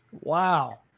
Wow